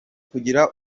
kugira